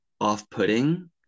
off-putting